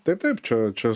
taip taip čia čia